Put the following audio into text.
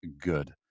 good